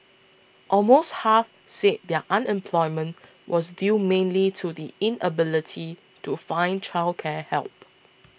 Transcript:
almost half said their unemployment was due mainly to the inability to find childcare help